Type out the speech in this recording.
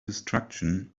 destruction